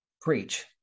preach